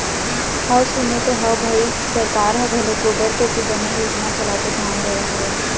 हव सुने तो हव भई सरकार ह घलोक गोबर कोती बने योजना चलाके धियान देवत हवय